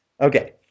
Okay